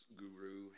guru